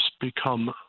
become